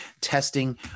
testing